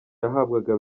yahabwaga